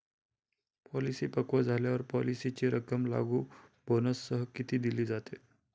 Policy पक्व झाल्यावर पॉलिसीची रक्कम लागू बोनससह दिली जाते का?